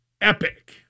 epic